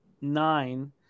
nine